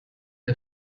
der